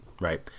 right